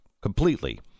Completely